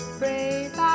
brave